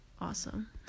awesome